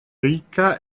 ricca